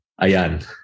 Ayan